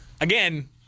Again